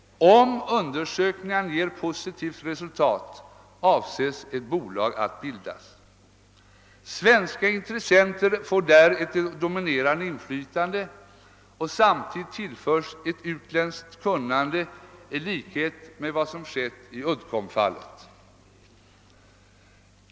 Om undersökningarna ger positivt resultat avses ett bolag att bildas. Svenska intressenter får där ett dominerande inflytande och samtidigt tillförs ett utländskt tekniskt kunnande i likhet med vad som skett i Uddcombfallet.